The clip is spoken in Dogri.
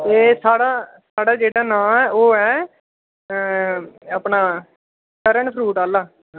ऐ साढ़ा जेह्ड़ा नांऽ ऐ ओह् ऐ अपना करण फरूट आह्ला